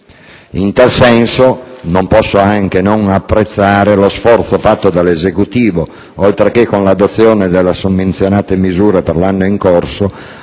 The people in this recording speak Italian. In tal senso, non posso anche non apprezzare lo sforzo fatto dall'Esecutivo, oltre che con l'adozione delle summenzionate misure per l'anno in corso,